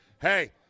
Hey